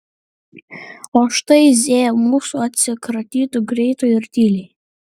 o štai z mūsų atsikratytų greitai ir tyliai